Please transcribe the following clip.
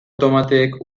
tomateek